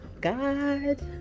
God